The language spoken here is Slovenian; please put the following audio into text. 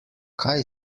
kaj